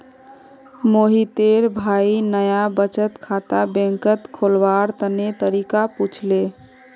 मोहितेर भाई नाया बचत खाता बैंकत खोलवार तने तरीका पुछले